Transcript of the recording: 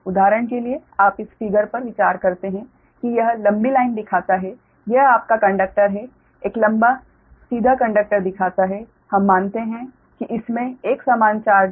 उदाहरण के लिए आप इस फ़िगर पर विचार करते हैं कि यह लंबी लाइन दिखाता है यह आपका कंडक्टर है एक लंबा सीधा कंडक्टर दिखाता है हम मानते हैं कि इसमें एक समान चार्ज है